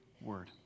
word